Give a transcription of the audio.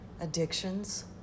addictions